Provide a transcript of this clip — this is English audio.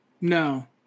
No